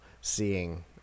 seeing